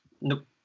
Nope